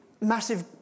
massive